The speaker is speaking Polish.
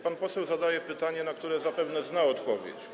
Pan poseł zadaje pytanie, na które zapewne zna odpowiedź.